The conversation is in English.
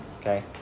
Okay